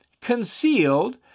concealed